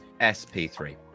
SP3